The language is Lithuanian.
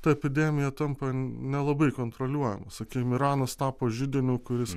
ta epidemija tampa nelabai kontroliuojama sakykim iranas tapo židiniu kuris